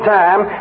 time